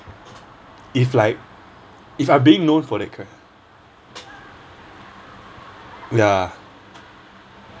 if like if I'm being known for that charac~ ya